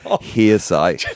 hearsay